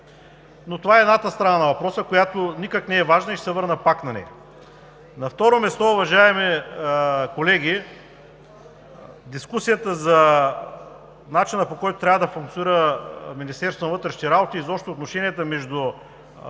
Но това е едната страна на въпроса, която никак не е маловажна, и ще се върна пак на нея. На второ място, уважаеми колеги, дискусията за начина, по който трябва да функционира Министерството на